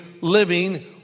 living